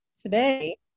Today